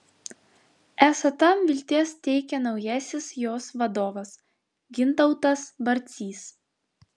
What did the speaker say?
esą tam vilties teikia naujasis jos vadovas gintautas barcys